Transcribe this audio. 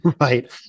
right